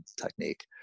technique